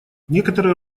некоторые